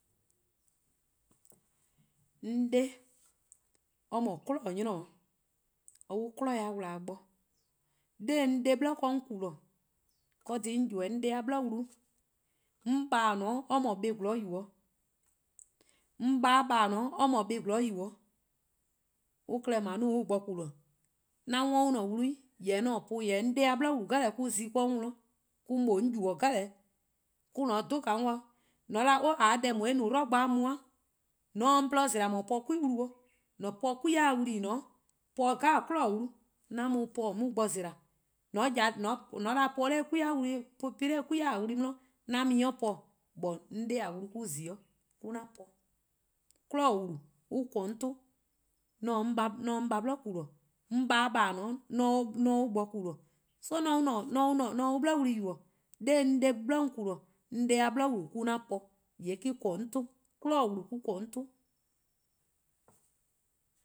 'On 'de or :mor 'kwi'nehbo: 'nynor 'o or 'wluh 'kwi'nehbo-a wlaa bo, 'de 'on 'de 'bli 'de 'on :ku-dih, deh :eh kkorn-a dhih 'de 'on ybeh-a 'on 'de-a 'bli wlu-' me 'o. 'On :baa' :dao' or :mor buh+ 'zorn-yu: 'o, 'on :baa'-a :baa' or mor duh+ 'zorn yu 'o, an klehkpeh 'on se 'de on bo ku-dih, 'an 'worn :an-a' wlu-dih jorwor 'an 'worn 'an po-uh, jorwor: 'on 'de-a wlu mo-: :an zi deh 'jeh 'de 'on 'worn, mo-: 'on yubo: deh 'jeh, mo-: :mor :on 'dhu 'on 'worn :on 'de 'o :ka deh :daa eh no 'dlu bo mu-eh, :mor :on se 'on :gwluhuh' zela: :eh :mor po 'kwi wlu 'o, :mor :on 'da :an po 'o 'kwi-a wlu+ :en :ne-a 'o, po 'kwi'nehbo: wlu 'jeh, 'an mu-uh :po 'on 'ye-uh bo-dih zela:. mor :on 'da po-ih 'de 'kwa-a wlu+ 'di 'an mu 'de :po, but 'on 'de wlu mo-: :zio', mo-: 'an po. 'Kwi'nehbo:-wlu: on :korn 'o 'ton. 'on se 'de 'on :baa' 'bli :ku-dih. 'On :baa'-a :baa' :or :ne-a 'o 'on se 'de or bo :ku-dih. So 'on se 'an 'bli wlu yubo: 'nor 'on 'de 'bli 'on :ku-dih-a, 'on 'de-a 'bli :wlu mo-: 'an po, :yee' me-: :korn 'on 'ton, 'kwi'nehbo: :"wlu mo-: :korn 'o 'ton.